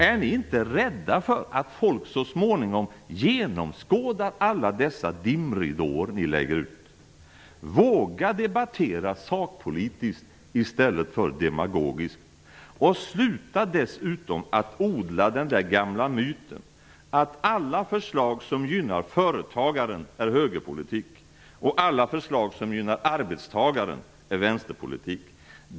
Är ni inte rädda för att folk så småningom genomskådar alla dessa dimridåer som ni lägger ut? Våga debattera sakpolitiskt i stället för demagogiskt. Och sluta dessutom att odla den gamla myten att alla förslag som gynnar företagaren är högerpolitik och att alla förslag som gynnar arbetstagaren är vänsterpolitik.